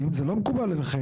כי אם זה לא מקובל עליכם,